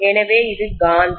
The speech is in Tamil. எனவே இது காந்தம்